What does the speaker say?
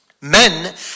Men